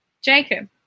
Jacob